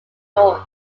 north